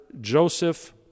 Joseph